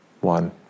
one